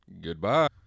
Goodbye